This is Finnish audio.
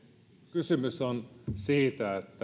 kysymys on siitä että